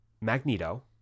Magneto